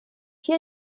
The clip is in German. hier